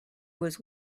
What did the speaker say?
was